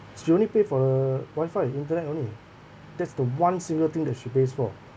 she you only pay for WIFI internet only that's the one single thing that she pays for